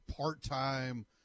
part-time